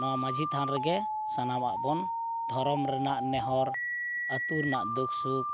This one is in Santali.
ᱱᱚᱣᱟ ᱢᱟᱺᱡᱷᱤ ᱛᱷᱟᱱ ᱨᱮᱜᱮ ᱥᱟᱱᱟᱢᱟᱜ ᱵᱚᱱ ᱫᱷᱚᱨᱚᱢ ᱨᱮᱱᱟᱜ ᱱᱮᱦᱚᱨ ᱟᱹᱛᱩ ᱨᱮᱱᱟᱜ ᱫᱩᱠ ᱥᱩᱠ